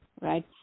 right